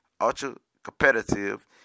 ultra-competitive